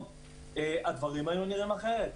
הדברים היו נראים אחרת,